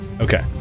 Okay